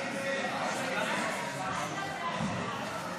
הסתייגות 2